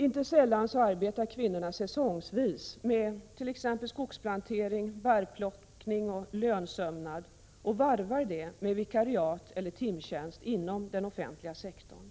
Inte sällan arbetar kvinnorna säsongsvis med exempelvis skogsplantering, bärplockning och lönsömnad och varvar det med vikariat eller timtjänst inom den offentliga sektorn.